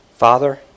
Father